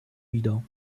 wider